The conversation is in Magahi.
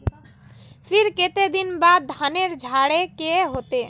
फिर केते दिन बाद धानेर झाड़े के होते?